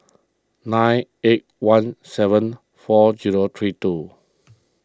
nine eight one seven four zero three two